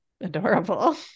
Adorable